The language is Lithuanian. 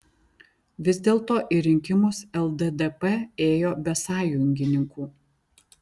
vis dėlto į rinkimus lddp ėjo be sąjungininkų